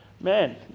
man